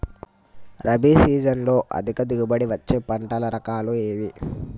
రబీ సీజన్లో అధిక దిగుబడి వచ్చే పంటల రకాలు ఏవి?